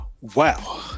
Wow